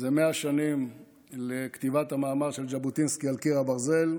זה 100 שנים לכתיבת המאמר של ז'בוטינסקי "על קיר הברזל",